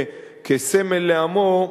כסמל לעמו,